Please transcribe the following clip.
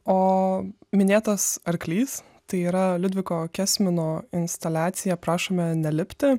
o minėtas arklys tai yra liudviko kesmino instaliacija prašome nelipti